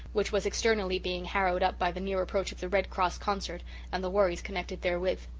which was externally being harrowed up by the near approach of the red cross concert and the worries connected therewith.